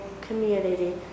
community